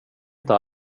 inte